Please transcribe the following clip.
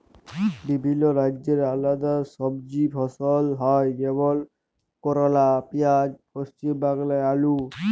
বিভিল্য রাজ্যে আলেদা সবজি ফসল হ্যয় যেমল করলা, পিয়াঁজ, পশ্চিম বাংলায় আলু